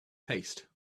paste